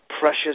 precious